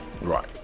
Right